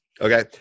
Okay